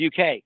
UK